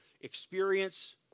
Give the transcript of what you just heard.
experience